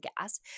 gas